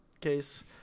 case